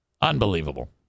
Unbelievable